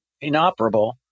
inoperable